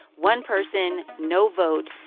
one person, no vote,